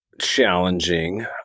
challenging